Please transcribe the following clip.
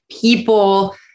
people